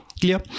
clear